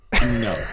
No